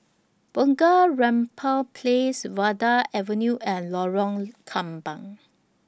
Bunga Rampai Place Vanda Avenue and Lorong Kembang